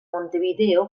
montevideo